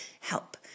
help